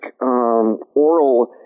oral